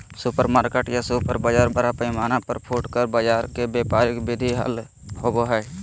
supermarket या super बाजार बड़ पैमाना पर फुटकर बाजार के व्यापारिक विधि हल होबा हई